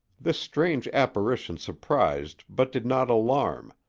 this strange apparition surprised but did not alarm,